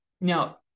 Now